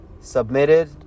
submitted